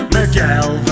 Miguel